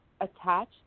attached